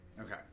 Okay